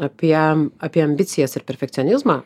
apie apie ambicijas ir perfekcionizmą